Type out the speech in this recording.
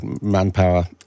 manpower